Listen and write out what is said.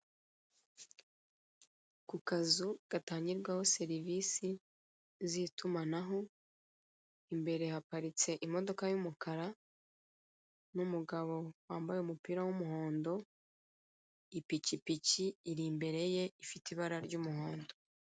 Ku kazu gatangirwaho serivise z'itumanahi haparitse imodoka y'umukara n'umugabo wambaye umupira w'umuhondo, ipikipiki iri imbere ye ifite ibara ry'umuhondo.